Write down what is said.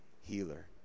healer